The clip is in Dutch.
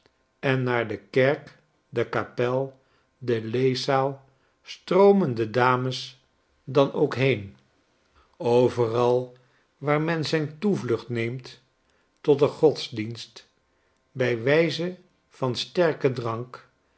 en naar de kerk de kapel de leeszaal stroomen de dames dan ook heen overal waar men zijn toevluctit neemt tot den godsdienst bij wijze va n sterken drank